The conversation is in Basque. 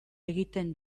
egiten